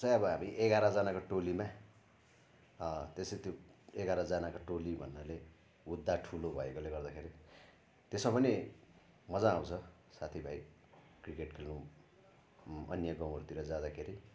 चाहिँ अब हामी एघारजनाको टोलीमा त्यसै त्यो एघारजनाको टोली भन्नाले हुद्दा ठुलो भएकोले गर्दाखेरि त्यसमा पनि मजा आउँछ साथीभाइ क्रिकेट खेल्नु अन्य गाउँहरूतिर जाँदाखेरि